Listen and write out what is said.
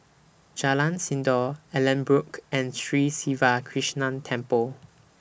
Jalan Sindor Allanbrooke Road and Sri Siva Krishna Temple